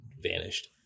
vanished